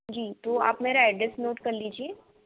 जी तो आप मेरा एड्रेस नोट कर लीजिए